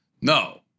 No